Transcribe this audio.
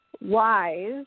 wise